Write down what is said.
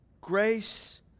grace